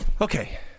Okay